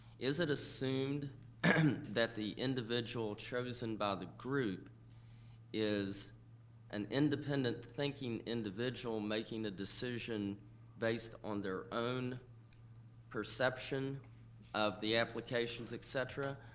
is it assumed and that the individual chosen by the group is an independent thinking individual making a decision based on their own perception of the applications, et cetera?